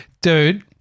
Dude –